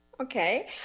Okay